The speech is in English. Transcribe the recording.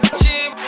cheap